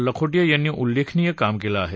लखोटिया यांनी उल्लेखनीय काम केलं आहे